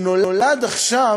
שנולד עכשיו,